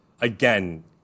again